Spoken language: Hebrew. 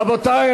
רבותי,